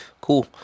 cool